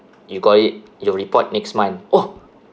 you got it you report next month oh